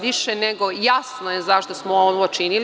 Više nego jasno je zašto smo ovo činili.